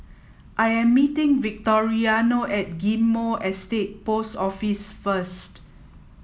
I am meeting Victoriano at Ghim Moh Estate Post Office first